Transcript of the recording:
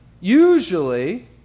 Usually